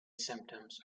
symptoms